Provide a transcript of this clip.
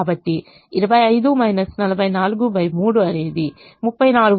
కాబట్టి 25 443 అనేది 343